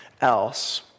else